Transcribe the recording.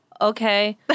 okay